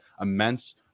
immense